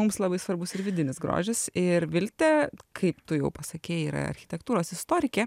mums labai svarbus ir vidinis grožis ir viltė kaip tu jau pasakei yra architektūros istorikė